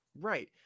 Right